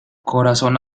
corazón